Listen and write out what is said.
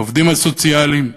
העובדים הסוציאליים,